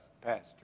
pastor